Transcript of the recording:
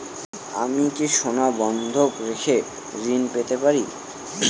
আমি কি সোনা বন্ধক রেখে ঋণ পেতে পারি?